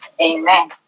Amen